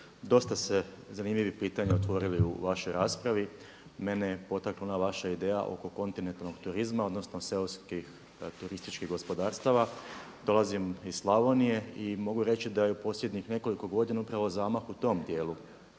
dosta ste zanimljivih pitanja otvorili u vašoj raspravi. Mene je potaknula ona vaša ideja oko kontinentalnog turizma odnosno seoskih turističkih gospodarstava. Dolazim iz Slavonije i mogu reći da je u posljednjih nekoliko godina upravo zamah u tom dijelu